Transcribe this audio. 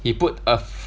he put a